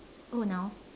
oh now